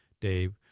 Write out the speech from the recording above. Dave